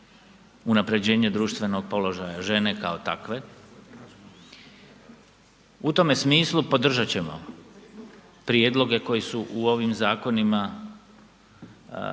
unapređenje društvenog položaja žene kao takve. U tome smislu podržat ćemo prijedloge koji su u ovim zakonima